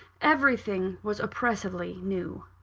everything was oppressively new.